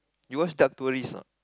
you watch step tourist anot